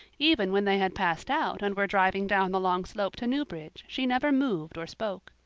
even when they had passed out and were driving down the long slope to newbridge she never moved or spoke.